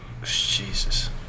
Jesus